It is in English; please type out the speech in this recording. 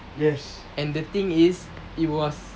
and the thing is it was